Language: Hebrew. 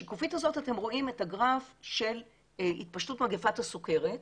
בשקופית הזאת אתם רואים את הגרף של התפשטות מגפת הסכרת,